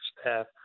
staff